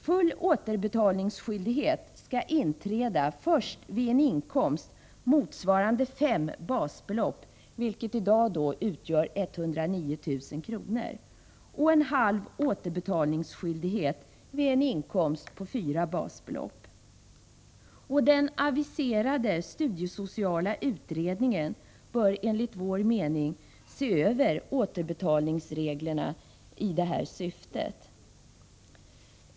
Full återbetalningsskyldighet skall inträda först vid en inkomst motsvarande fem basbelopp, vilket i dag motsvarar 109 000 kr., och halv återbetalningsskyldighet vid en inkomst på fyra basbelopp. Den aviserade studiesociala utredningen bör enligt vår mening se över återbetalningsreglerna i detta syfte.